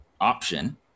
option